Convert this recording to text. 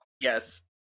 Yes